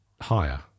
higher